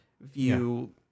view